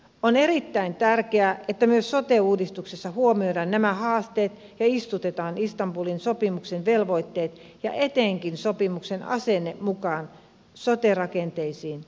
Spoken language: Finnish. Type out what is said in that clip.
on erittäin tärkeää että myös sote uudistuksessa huomioidaan nämä haasteet ja istutetaan istanbulin sopimuksen velvoitteet ja etenkin sopimuksen asenne mukaan sote rakenteisiin ja toimintaan